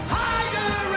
higher